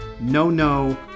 no-no